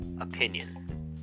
opinion